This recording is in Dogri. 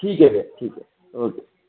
ठीक ऐ फिर ठीक ऐ ओके